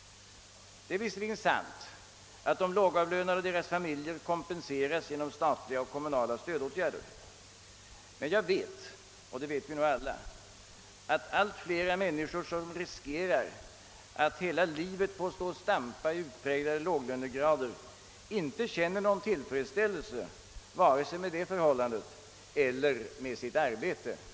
Det är visserligen sant att de lågavlönade och deras familjer kompenseras genom statliga och kommunala stödåtgärder. Men vi vet nog alla, att allt fler människor som riskerar att hela livet få stå och stampa i utpräglade låglönegrader inte känner någon tillfredsställelse vare sig med löner eller arbete.